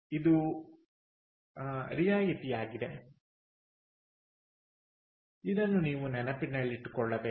ಇದು ರಿಯಾಯಿತಿ ಆಗಿದೆ ಇದನ್ನು ನೆನಪಿನಲ್ಲಿಡಿ